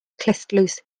clustdlws